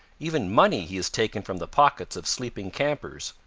even money he has taken from the pockets of sleeping campers.